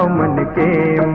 the d